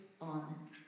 on